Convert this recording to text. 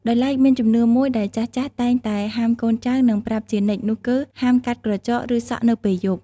ដោយឡែកមានជំនឿមួយដែលចាស់ៗតែងតែហាមកូនចៅ និងប្រាប់ជានិច្ចនោះគឺ ហាមកាត់ក្រចក ឬសក់នៅពេលយប់។